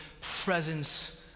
presence